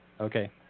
Okay